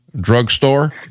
drugstore